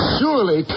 surely